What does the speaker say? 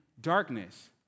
Darkness